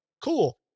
cool